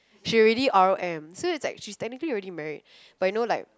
she already r_o_m so it's like she's technically already married but you know like